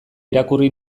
irakurri